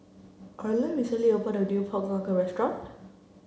Arland recently opened a new pork knuckle restaurant